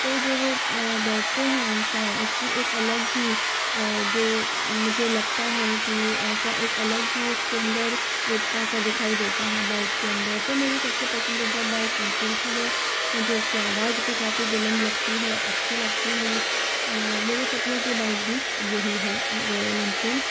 तो जो वो बैठते हैं इंसान उसकी एक अलग ही जो मुझे लगता है कि ऐसा एक अलग ही उसके अंदर रुतबा सा दिखाई देता है बाइक के अंदर तो मेरी सबसे पसंदीदा बाइक इनफील्ड ही है मुझे इसकी आवाज भी काफ़ी बुलंद लगती है अच्छी लगती है और मेरे सपनों की बाइक भी यही है रॉयल इनफील्ड